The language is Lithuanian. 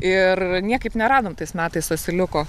ir niekaip neradom tais metais asiliuko